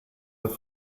wird